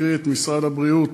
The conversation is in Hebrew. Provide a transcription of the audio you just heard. קרי את משרד הבריאות